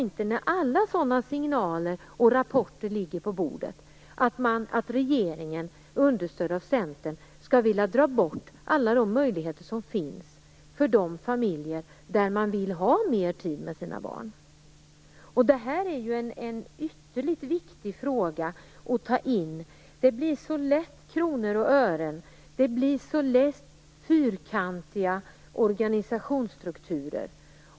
När alla sådana signaler och rapporter ligger på bordet förstår jag inte att regeringen, understödd av Centern, vill dra bort alla de möjligheter som finns för de familjer som vill ha mer tid med sina barn. Detta är ju en ytterligt viktig fråga. Det blir så lätt kronor och ören. Det blir så lätt fyrkantiga organisationsstrukturer.